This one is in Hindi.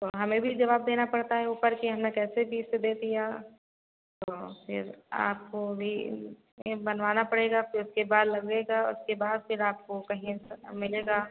तो हमें भी जवाब देना पड़ता है ऊपर कि हमने कैसे बीच से दे दिया तो औ फिर आपको भी ये बनवाना पड़ेगा फिर उसके बाद लगेगा उसके बाद फिर आपको कहीं हम मिलेगा